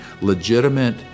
legitimate